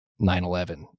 9-11